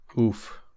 Oof